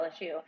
LSU